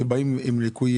כי עם מגיעים עם חוסרים.